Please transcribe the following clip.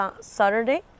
Saturday